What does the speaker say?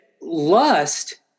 lust